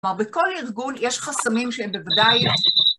כלומר, בכל ארגון יש חסמים שהם בוודאי...